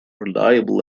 reliable